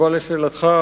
בתשובה לשאלתך,